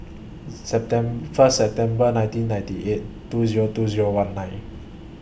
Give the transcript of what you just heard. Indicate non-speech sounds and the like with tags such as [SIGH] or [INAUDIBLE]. [UNINTELLIGIBLE] First September nineteen ninety eight two Zero two Zero one nine